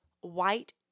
white